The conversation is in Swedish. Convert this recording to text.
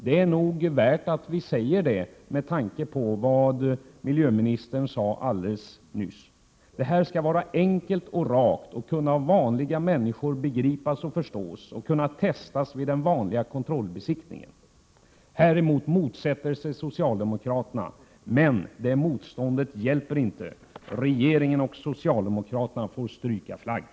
Det är nog bäst att vi uttalar detta, med tanke på vad miljöministern sade alldeles nyss. Avgasreningen skall vara enkel och rak och kunna av vanliga människor begripas och förstås och kunna testas vid den vanliga kontrollbesiktningen. Socialdemokraterna motsätter sig förslaget, men det motståndet hjälper inte; regeringen och socialdemokraterna får stryka flagg.